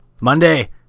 Monday